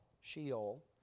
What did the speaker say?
Sheol